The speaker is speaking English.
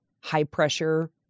high-pressure